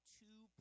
two